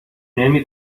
نمی